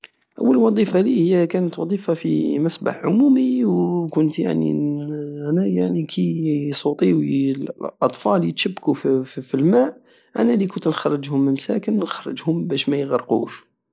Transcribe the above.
اول وظيفة لي هي كانت وظيفة في مسبح عمومي وكنت يعني انا يعني كي يسوطيو الاطفال يتشبكو فال- الماء انا لي كنت نخرجهم مساكن نخرجهم بش ميغرقوش